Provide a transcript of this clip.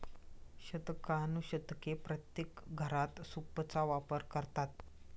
शतकानुशतके प्रत्येक घरात सूपचा वापर करतात